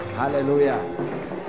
Hallelujah